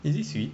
is it sweet